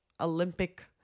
Olympic